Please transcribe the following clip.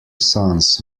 sons